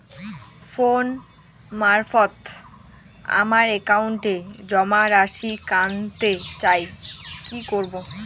Phone মারফত আমার একাউন্টে জমা রাশি কান্তে চাই কি করবো?